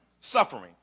suffering